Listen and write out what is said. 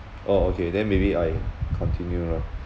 oh okay then maybe I continue lah